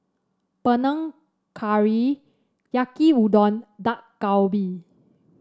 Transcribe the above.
Panang Curry Yaki Udon Dak Galbi